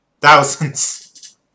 Thousands